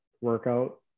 workout